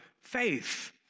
faith